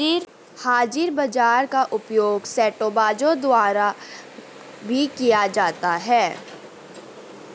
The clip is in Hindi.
हाजिर बाजार का उपयोग सट्टेबाजों द्वारा भी किया जाता है